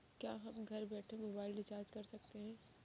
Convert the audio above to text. क्या हम घर बैठे मोबाइल रिचार्ज कर सकते हैं?